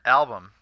album